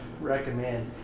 recommend